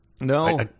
No